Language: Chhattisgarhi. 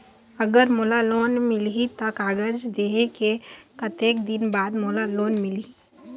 अगर मोला लोन मिलही त कागज देहे के कतेक दिन बाद मोला लोन मिलही?